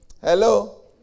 Hello